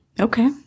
Okay